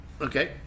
okay